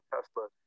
Tesla